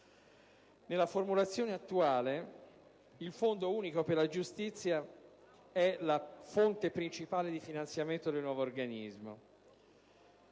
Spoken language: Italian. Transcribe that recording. Nella formulazione attuale, il Fondo unico per la giustizia è la fonte principale di finanziamento del nuovo organismo.